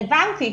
הבנתי,